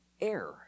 air